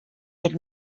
had